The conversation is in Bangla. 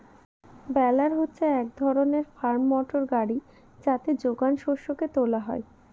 বেলার হচ্ছে এক ধরনের ফার্ম মোটর গাড়ি যাতে যোগান শস্যকে তোলা হয়